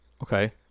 okay